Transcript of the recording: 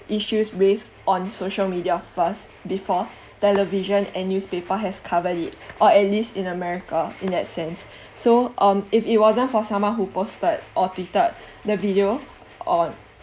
issues raised on social media first before television and newspaper has covered it or at least in america in that sense so um if it wasn't for someone who posted or tweeted the video on